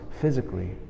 physically